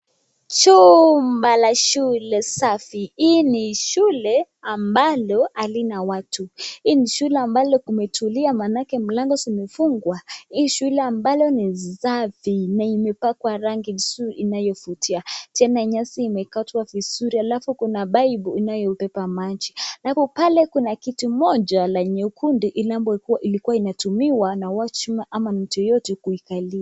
Chumba la shule safi. Hii ni shule ambalo haina watu. Hii ni shule ambalo kumetulia maanake mlango zimefungwa. Hii shule ambalo ni safi na imepakwa rangi mzuri inayovutia. Tena nyasi imekatwa vizuri. Alafu kuna paipu inayobeba maji. Hapo pale kuna kitu moja la nyekundu linavyokuwa ilikuwa inatumiwa na watchman ama na mtu yeyote kuikalia.